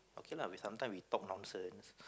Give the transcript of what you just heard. okay lah we sometimes we talk nonsense